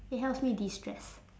it helps me de-stress